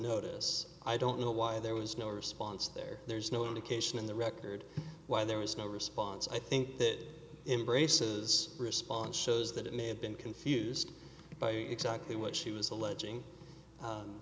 notice i don't know why there was no response there there's no indication in the record why there was no response i think that embraces response shows that it may have been confused by exactly what she was alleging